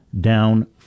down